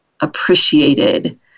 appreciated